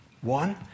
one